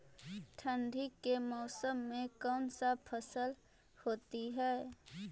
ठंडी के मौसम में कौन सा फसल होती है?